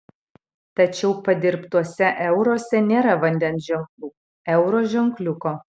tačiau padirbtuose euruose nėra vandens ženklų euro ženkliuko